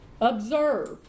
observe